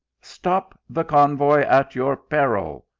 stop the convoy at your peril!